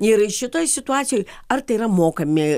ir šitoj situacijoj ar tai yra mokami